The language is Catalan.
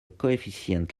coeficient